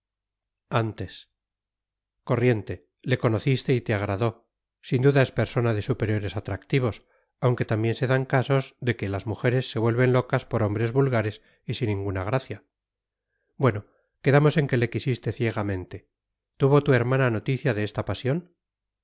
antes corriente le conociste y te agradó sin duda es persona de superiores atractivos aunque también se dan casos de que las mujeres se vuelvan locas por hombres vulgares y sin ninguna gracia bueno quedamos en que le quisiste ciegamente tuvo tu hermana noticia de esta pasión